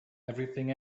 everything